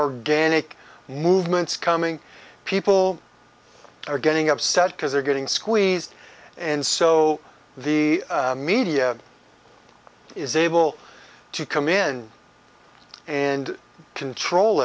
organic movements coming people are getting upset because they're getting squeezed and so the media is able to come in and control